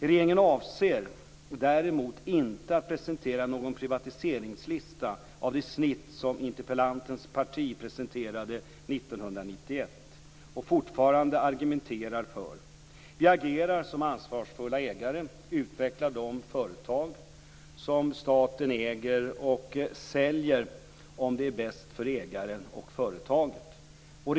Regeringen avser däremot inte att presentera någon privatiseringslista av det snitt som interpellantens parti presenterade 1991 och fortfarande argumenterar för. Vi agerar som ansvarsfulla ägare, utvecklar de företag som staten äger och säljer om det är bäst för ägaren och företaget.